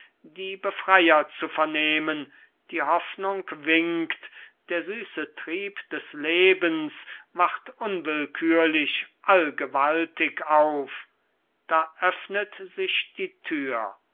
die befreier zu vernehmen die hoffnung winkt der süße trieb des lebens wacht unwillkürlich allgewaltig auf da öffnet sich die tür